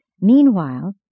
meanwhile